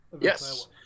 yes